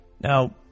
now